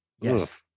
Yes